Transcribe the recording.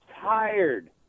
tired